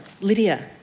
Lydia